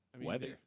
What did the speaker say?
Weather